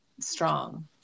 Strong